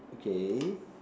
okay